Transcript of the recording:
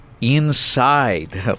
inside